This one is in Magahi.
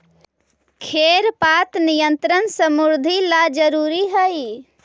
खेर पात नियंत्रण समृद्धि ला जरूरी हई